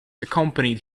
accompanied